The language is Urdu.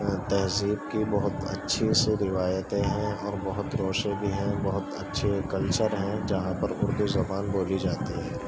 تہذیب کی بہت اچھی سی روایتیں ہیں اور بہت روشیں بھی ہیں بہت اچھے کلچر ہیں جہاں پر اردو زبان بولی جاتی ہے